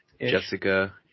Jessica